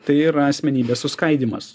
tai yra asmenybės suskaidymas